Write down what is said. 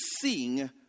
seeing